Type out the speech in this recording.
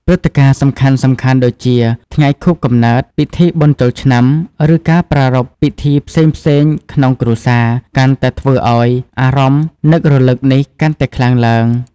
ព្រឹត្តិការណ៍សំខាន់ៗដូចជា ថ្ងៃខួបកំណើត ពិធីបុណ្យចូលឆ្នាំ ឬការប្រារព្ធពិធីផ្សេងៗក្នុងគ្រួសារ កាន់តែធ្វើឱ្យអារម្មណ៍នឹករលឹកនេះកាន់តែខ្លាំងឡើង។